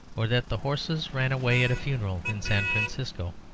or that the horses ran away at a funeral in san francisco.